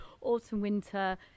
autumn-winter